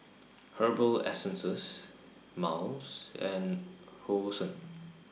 Herbal Essences Miles and Hosen